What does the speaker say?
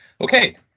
Okay